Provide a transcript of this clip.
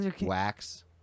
Wax